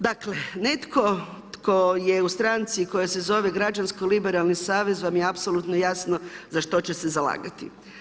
Dakle, netko tko je u stranci koja se zove Građansko liberalni savez vam je apsolutno jasno za što će se zalagati.